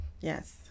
Yes